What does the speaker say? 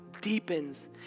Deepens